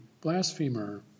blasphemer